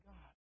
God